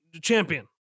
Champion